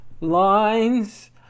lines